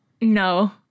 No